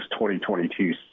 2022